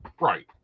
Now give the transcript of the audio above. Right